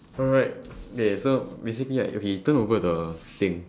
alright okay so basically I okay you turn over the thing